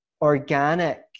organic